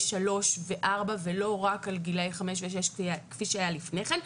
3 ו-4 ולא רק על גילאי 5 ו-6 כפי שהיה לפני כן.